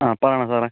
ആ പറയണം സാറേ